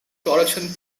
production